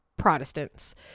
protestants